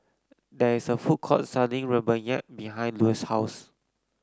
there is a food court selling rempeyek behind Lue's house